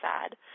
sad